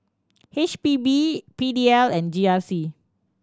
H P B P D L and G R C